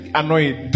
annoyed